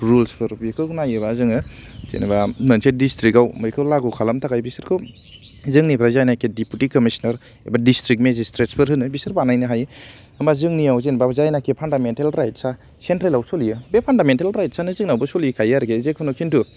रुलसफोर बेफोर नायोबा जोङो जेनेबा मोनसे डिसट्रिकआव बैखौ लागु खालानो थाखाय खोब जोंनिफ्राय जानाय के देपुति कमिशनार बा डिसट्रिक मेजिस्ट्रेटसफोर होनो बेफोर बानायनो हायो होमबा जोंनिआव जेनेबा जायनाकि फान्दामेन्टेल राइट्स आ सेन्ट्रेलआव सोलियो बे फान्दामेन्टेल राइट्सआनो जोंनाबो सलिखायो आरो खिन्थु